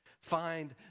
find